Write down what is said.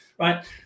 Right